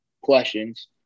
questions